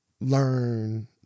learn